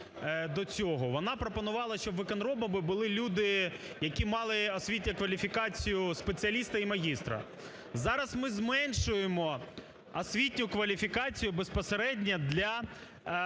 вона пропонувала, щоб виконробами були люди, які мали освітню кваліфікацію спеціаліста і магістра. Зараз ми зменшуємо освітню кваліфікацію безпосередньо для виконробів,